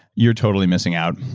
you're totally missing out.